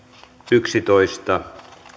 yksitoista